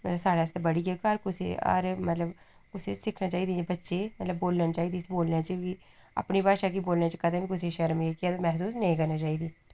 साढ़े आस्तै बड़ी गै हर कुसै गी हर मतलब कुसै गी सिक्खनी चाहिदी जे बच्चे मतलब बोलनी आनी चाहिदी इसी बोलने च बी अपनी भाशा गी बोलने च कदें बी कुसा गी शर्म जेह्की ऐ नेईं महसूस करनी चाहिदी